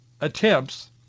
attempts